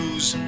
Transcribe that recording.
Use